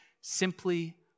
Simply